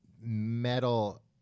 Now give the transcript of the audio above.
metal